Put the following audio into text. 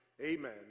amen